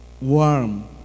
warm